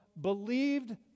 believed